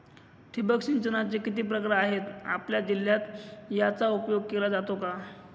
ठिबक सिंचनाचे किती प्रकार आहेत? आपल्या जिल्ह्यात याचा उपयोग केला जातो का?